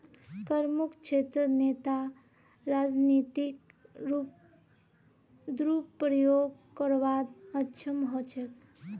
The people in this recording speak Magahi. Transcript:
करमुक्त क्षेत्रत नेता राजनीतिक दुरुपयोग करवात अक्षम ह छेक